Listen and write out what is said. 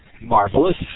marvelous